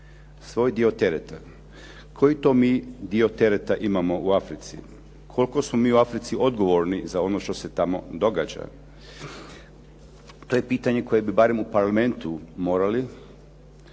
Svoj dio tereta. Koji to mi dio tereta imamo u Africi? Koliko smo mi u Africi odgovorni za ono što se tamo događa? To je pitanje koje bi barem u Parlamentu morali